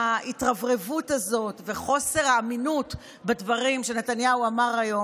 ההתרברבות הזאת וחוסר האמינות בדברים שנתניהו אמר היום